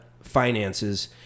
finances